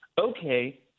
Okay